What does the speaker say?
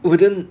wouldn't